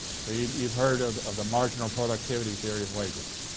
so you've you've heard of of the marginal productivity theory of wages?